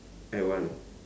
I want